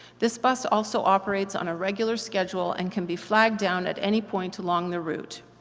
this bus also operates on a regular schedule and can be flagged down at any point along the route.